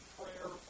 prayer